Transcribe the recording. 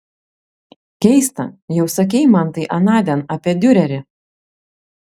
keista jau sakei man tai anądien apie diurerį